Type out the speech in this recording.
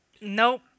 nope